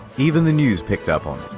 even the news picked up on